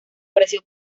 precio